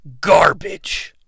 Garbage